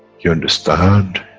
you understand,